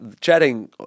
chatting